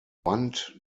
band